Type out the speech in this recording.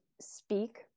speak